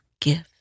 gift